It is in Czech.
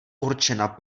určena